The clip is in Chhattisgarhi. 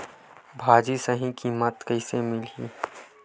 भाजी सही कीमत कइसे मिलही?